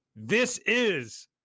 THISIS